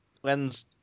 When's